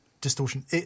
distortion